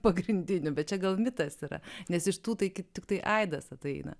pagrindinė bet čia gal mitas yra nes iš tų tai kaip tiktai aidas ateina